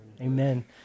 Amen